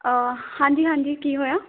ਹਾਂਜੀ ਹਾਂਜੀ ਕੀ ਹੋਇਆ